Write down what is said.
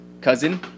cousin